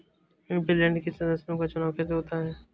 MP land के सदस्यों का चुनाव कैसे होता है?